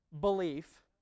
belief